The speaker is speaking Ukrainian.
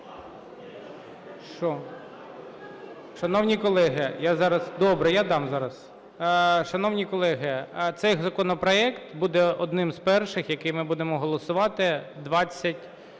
Шановні колеги! Добре, я дам зараз… Шановні колеги, цей законопроект буде одним із перших, який ми будемо голосувати 29